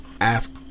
Ask